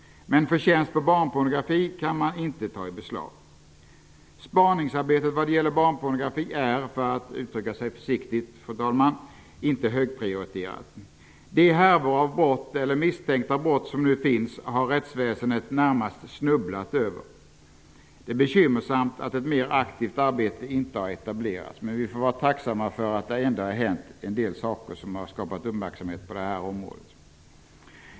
Men förtjänst på barnpornografi kan inte tas i beslag. Spaningsarbetet vad gäller barnpornografi är -- för att uttycka sig försiktigt, fru talman -- inte högprioriterat. De härvor av brott eller misstänkta brott som nu har uppdagats har rättsväsendet närmast snubblat över. Det är bekymmersamt att ett mer aktivt arbete inte har etablerats, men vi får vara tacksamma för att det ändå har hänt en del saker som har skapat uppmärksamhet på detta område.